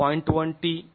1t देतो